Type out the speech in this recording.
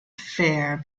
fair